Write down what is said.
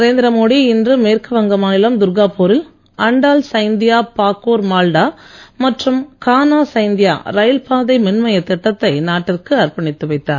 நரேந்திரமோடி இன்று மேற்குவங்க மாநிலம் துர்காபூரில் அண்டால் சைந்தியா பாக்கூர் மால்டா மற்றும் கானா சைந்தியா ரயில்பாதை மின்மயத் திட்டத்தை நாட்டிற்கு அர்ப்பணித்து வைத்தார்